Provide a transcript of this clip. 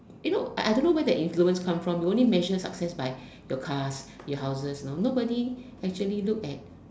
you know I don't know where the influence come from we only measure success by your cars your houses you know nobody actually look at